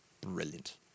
brilliant